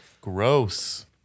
Gross